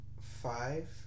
five